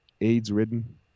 AIDS-ridden